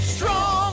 Strong